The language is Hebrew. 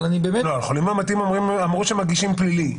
על חולים מאומתים אמרו שמגישים פלילי.